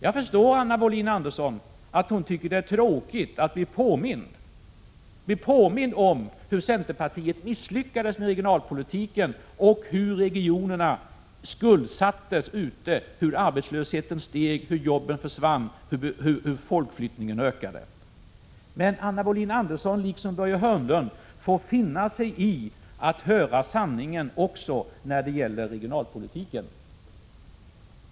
Jag förstår att Anna Wohlin-Andersson tycker det är tråkigt att bli påmind om hur centerpartiet misslyckats med regionalpolitiken och hur regionerna skuldsattes, hur arbetslösheten steg, hur jobben försvann och hur folkflyttningen ökade. Men Anna Wohlin-Andersson liksom Börje Hörnlund får faktiskt finna sig i att höra sanningen också när det gäller regionalpolitiken.